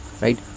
right